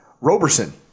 Roberson